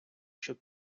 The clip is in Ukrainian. щоб